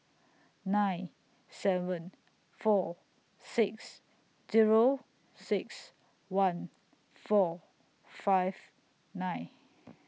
nine seven four six Zero six one four five nine